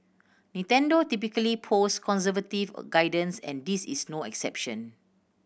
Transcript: Nintendo typically posts conservative guidance and this is no exception